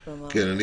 כן.